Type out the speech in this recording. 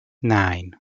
nine